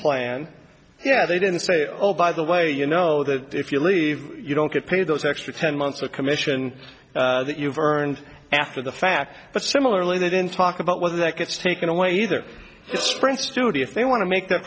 plan yeah they didn't say oh by the way you know that if you leave you don't get paid those extra ten months a commission that you've earned after the fact similarly they didn't talk about whether that gets taken away that stress duty if they want to make th